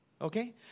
Okay